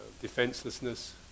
defenselessness